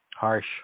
Harsh